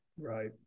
right